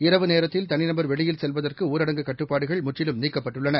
இரவு நேரத்தில் தனிநபர் வெளியில் செல்வதற்குஊரடங்கு கட்டுப்பாடுகள் முற்றிலும் நீக்கப்பட்டுள்ளன